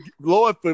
Lord